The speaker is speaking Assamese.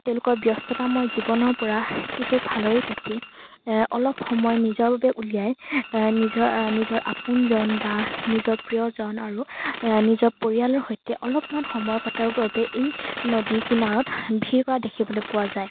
তেওঁলোকৰ ব্যস্ততাময় জীৱনৰ পৰা কিছু ফালৰি কাটি অলপ সময় নিজৰ বাবে উলিয়াই নিজৰ নিজৰ আপোনজন বা নিজৰ প্ৰিয়জন আৰু নিজৰ পৰিয়ালৰ সৈতে অলপমান সময় কটাবৰ বাবে এই নদীৰ কিনাৰত ভিৰ কৰা দেখিবলৈ পোৱা যায়